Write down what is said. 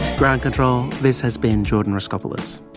ground control, this has been jordan raskopoulos.